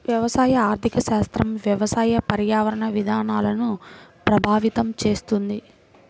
వ్యవసాయ ఆర్థిక శాస్త్రం వ్యవసాయ, పర్యావరణ విధానాలను ప్రభావితం చేస్తుంది